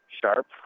Sharp